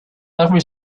every